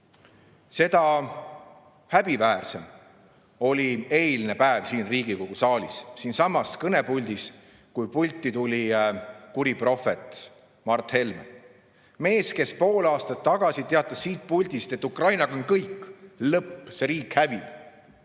Seda häbiväärsem oli eilne päev siin Riigikogu saalis, kui siiasamasse kõnepulti tuli kuri prohvet Mart Helme. Mees, kes pool aastat tagasi teatas siit puldist, et Ukrainaga on kõik, lõpp, see riik hävib,